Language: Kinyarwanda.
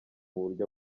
buryo